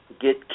get